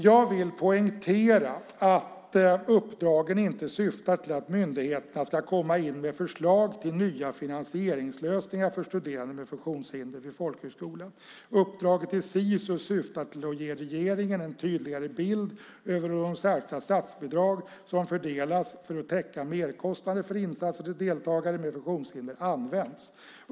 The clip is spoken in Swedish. Jag vill poängtera att uppdragen inte syftar till att myndigheterna ska komma in med förslag till nya finansieringslösningar för studerande med funktionshinder vid folkhögskola. Uppdraget till Sisus syftar till att ge regeringen en tydligare bild av hur de särskilda statsbidrag som fördelas till folkhögskolor för att täcka merkostnader för insatser för deltagare med funktionshinder används.